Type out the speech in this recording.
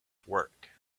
work